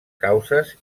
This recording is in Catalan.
causes